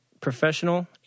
professional